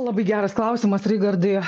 labai geras klausimas reigardai